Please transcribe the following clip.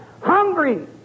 hungry